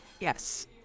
Yes